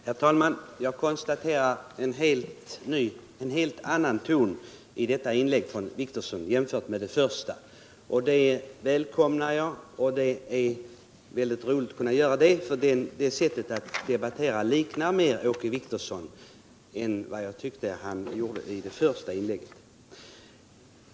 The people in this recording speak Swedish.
Herr talman! Jag konstaterar en helt annan ton i det senaste inlägget av Åke Wictorsson jämfört med det första — och det välkomnar jag. Det sättet att debattera liknar mer Åke Wictorssons normala sätt att agera.